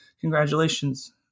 congratulations